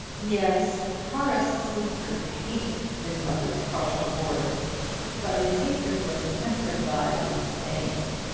yes horace sleaford hated his mother's partial boarder but his hatred was tempered by disdain.